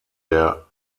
der